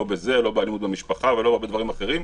לא בזה, לא באלימות במשפחה ולא בהרבה דברים אחרים.